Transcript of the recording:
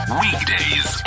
weekdays